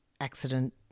accident